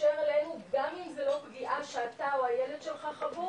להתקשר אלינו גם אם זה לא פגיעה שאתה או הילד שלך חוו